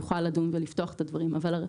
יוכל לפתוח את הדברים ולדון.